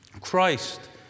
Christ